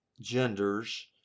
genders